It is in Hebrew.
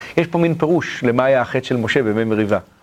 יש פה מין פירוש למה היה החטא של משה בימי מריבה.